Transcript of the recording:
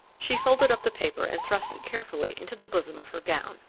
she folded up the paper and thrust it carefully into the bosom of her gown.